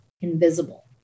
Invisible